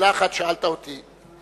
שאלה אחת שאלת אותי.